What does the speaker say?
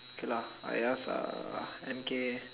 okay lah I ask uh M_K